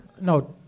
No